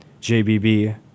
JBB